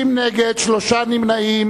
60 נגד, שלושה נמנעים.